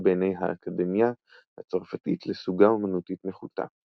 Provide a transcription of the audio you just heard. בעיני ה"אקדמיה" הצרפתית לסוגה אמנותית נחותה.